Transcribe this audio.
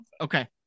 Okay